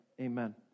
amen